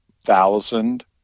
thousand